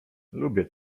lubię